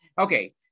Okay